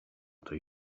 tej